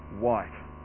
white